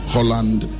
Holland